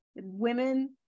women